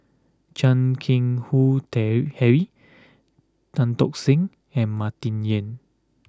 Chan Keng Howe tale Harry Tan Tock Seng and Martin Yan